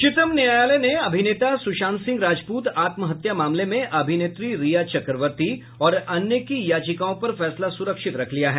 उच्चतम न्यायालय ने अभिनेता सुशांत सिंह राजपूत आत्महत्या मामले में अभिनेत्री रिया चक्रवर्ती और अन्य की याचिकाओं पर फैसला सुरक्षित रख लिया है